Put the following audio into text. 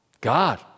God